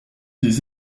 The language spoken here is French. des